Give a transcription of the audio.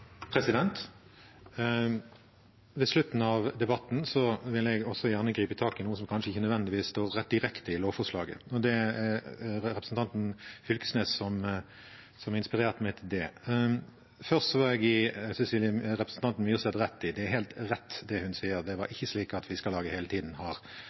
Ved slutten av debatten vil jeg også gjerne gripe tak i noe som kanskje ikke nødvendigvis står direkte i lovforslaget, og det var representanten Knag Fylkesnes som inspirerte meg til det. Men først vil jeg gi representanten Cecilie Myrseth rett. Det er helt rett det hun sier, det er ikke slik at Fiskarlaget hele tiden har